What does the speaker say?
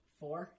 four